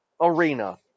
arena